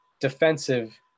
defensive